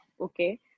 okay